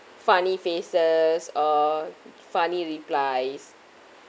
funny faces or funny replies